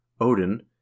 Odin